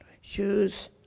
shoes